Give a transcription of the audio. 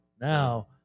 Now